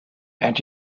and